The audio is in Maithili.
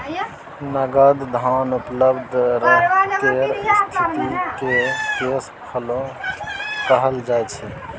नगद धन उपलब्ध रहय केर स्थिति केँ कैश फ्लो कहल जाइ छै